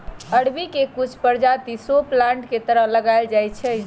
अरबी के कुछ परजाति शो प्लांट के तरह लगाएल जाई छई